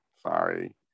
Sorry